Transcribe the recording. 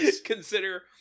Consider